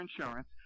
insurance